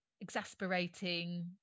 exasperating